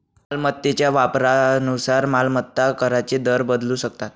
मालमत्तेच्या वापरानुसार मालमत्ता कराचे दर बदलू शकतात